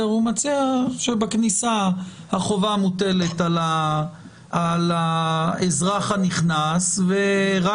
הוא מציע שבכניסה החובה מוטלת על האזרח הנכנס ועל